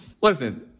Listen